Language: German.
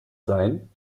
sein